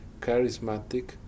charismatic